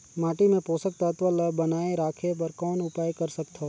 माटी मे पोषक तत्व ल बनाय राखे बर कौन उपाय कर सकथव?